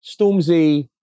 Stormzy